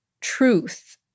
truth